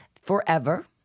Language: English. forever